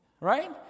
right